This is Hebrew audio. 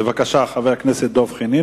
בבקשה, חבר הכנסת דב חנין.